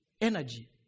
energy